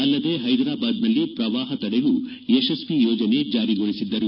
ಅಲ್ಲದೆ ಹೈದರಾಬಾದ್ನಲ್ಲಿ ಪ್ರವಾಹ ತಡೆಗೂ ಯಶಸ್ವಿ ಯೋಜನೆ ಜಾರಿಗೊಳಿಸಿದ್ದರು